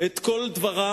את כל דבריו,